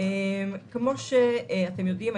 כמו שאתם יודעים,